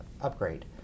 upgrade